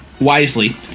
wisely